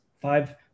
Five